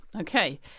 okay